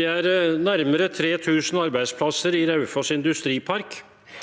«Det er nærmere 3 000 arbeidsplasser i Raufoss Industripark